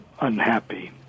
unhappy